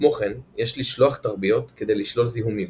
כמו כן יש לשלוח תרביות כדי לשלול זיהומים.